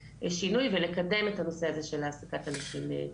שינוי ולקדם את הנושא הזה של העסקת אנשים עם מוגבלות.